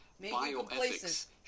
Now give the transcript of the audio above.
bioethics